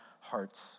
hearts